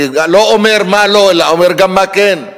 אני לא אומר מה לא, אלא אומר גם מה כן.